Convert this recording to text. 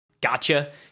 gotcha